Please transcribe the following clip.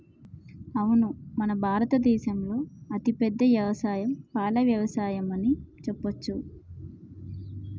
అవును మన భారత దేసంలో అతిపెద్ద యవసాయం పాల యవసాయం అని చెప్పవచ్చు